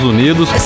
Unidos